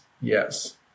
Yes